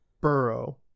Burrow